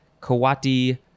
Kawati